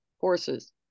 horses